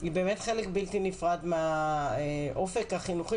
היא באמת חלק בלתי נפרד מהאופק החינוכי